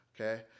Okay